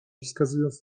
wskazując